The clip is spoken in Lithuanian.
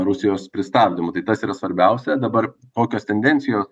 rusijos pristabdymo tai tas yra svarbiausia dabar tokios tendencijos